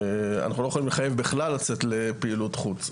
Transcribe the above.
אנחנו לא יכולים לחייב בכלל לצאת לפעילות חוץ,